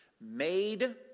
made